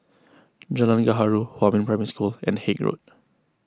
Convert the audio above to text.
Jalan Gaharu Huamin Primary School and Haig Road